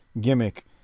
gimmick